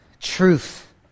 truth